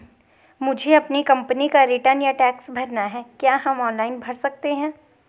मुझे अपनी कंपनी का रिटर्न या टैक्स भरना है क्या हम ऑनलाइन भर सकते हैं?